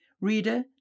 Reader